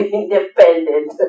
independent